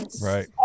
Right